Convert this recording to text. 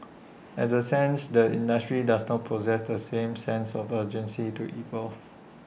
as A sense the industry does not possess the same sense of urgency to evolve